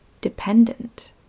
dependent